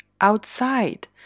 outside